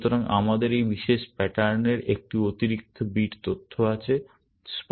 সুতরাং আমাদের এই বিশেষ প্যাটার্ন এর এই অতিরিক্ত বিট তথ্য আছে